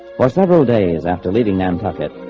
for several days after leaving nantucket.